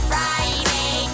Friday